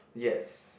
yes